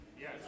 Yes